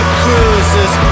cruises